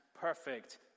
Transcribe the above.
perfect